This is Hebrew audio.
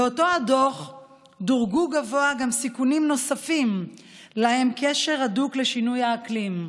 באותו הדוח דורגו גבוה סיכונים נוספים שיש להם קשר הדוק לשינויי האקלים: